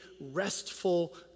restful